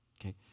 Okay